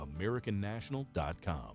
AmericanNational.com